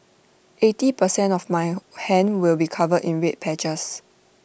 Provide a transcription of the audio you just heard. eighty per cent of my hand will be covered in red patches